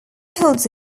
holds